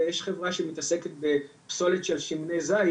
יש חברה שמתעסקת בפסולת של שמני זית,